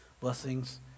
blessings